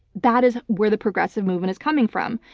that is where the progressive movement is coming from.